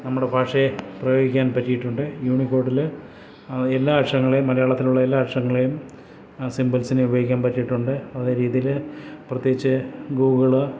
നമ്മുടെ ഭാഷയെ പ്രയോഗിക്കാൻ പറ്റിയിട്ടുണ്ട് യൂണിക്കോഡില് എല്ലാ അക്ഷരങ്ങളെയും മലയാളത്തിലുള്ള എല്ലാ അക്ഷരങ്ങളെയും സിംപൽസിനെ ഉപയോഗിക്കാൻ പറ്റിയിട്ടുണ്ട് നല്ല രീതിയിൽ പ്രത്യേകിച്ച് ഗൂഗിള്